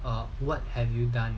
or what have you done